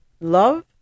Love